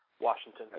Washington